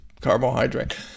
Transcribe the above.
carbohydrate